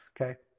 okay